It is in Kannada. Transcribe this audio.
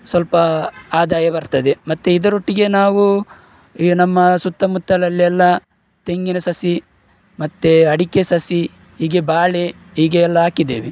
ಸ್ವಲ್ಪ ಆದಾಯ ಬರ್ತದೆ ಮತ್ತೆ ಇದರೊಟ್ಟಿಗೆ ನಾವು ಈ ನಮ್ಮ ಸುತ್ತಮುತ್ತಲೆಲ್ಲ ತೆಂಗಿನ ಸಸಿ ಮತ್ತೆ ಅಡಿಕೆ ಸಸಿ ಹೀಗೆ ಬಾಳೆ ಹೀಗೆ ಎಲ್ಲ ಹಾಕಿದ್ದೇವೆ